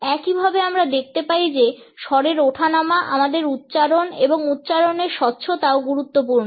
একইভাবে আমরা দেখতে পাই যে স্বরের ওঠানামা আমাদের উচ্চারণ এবং উচ্চারণের স্বচ্ছতাও গুরুত্বপূর্ণ